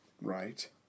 right